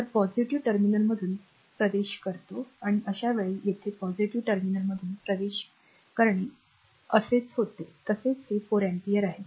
तर पॉझिटिव्ह टर्मिनलमधून प्रवेश करते आणि अशा वेळी येथे पॉझिटिव्ह टर्मिनलमधून प्रवेश करणे असेच होते तसेच हे 4 अँपिअर आहे